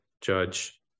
judge